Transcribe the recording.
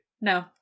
No